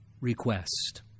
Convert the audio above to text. request